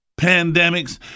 pandemics